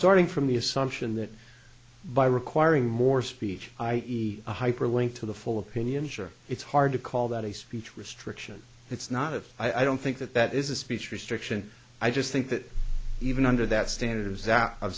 starting from the assumption that by requiring more speech i e a hyperlink to the full opinion sure it's hard to call that a speech restriction it's not a i don't think that that is a speech restriction i just think that even under that standards